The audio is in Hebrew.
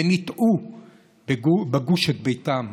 ונטעו בגוש את ביתם,